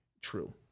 true